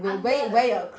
under the clothes